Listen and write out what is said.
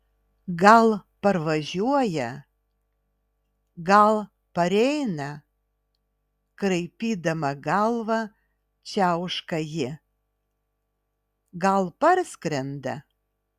gal parvažiuoja gal pareina kraipydama galvą čiauška ji gal parskrenda